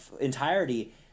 entirety